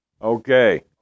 Okay